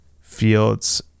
fields